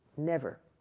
never.